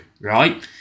right